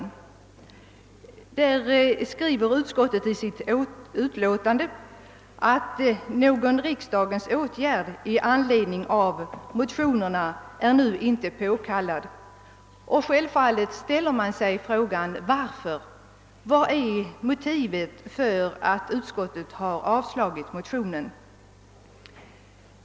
Om detta motionspar skriver utskottet i sitt utlåtande att någon riksdagens åtgärd i anledning av motionerna inte är påkallad. Självfallet ställer man sig frågan: Vad är motivet för att utskottet har avstyrkt motionerna?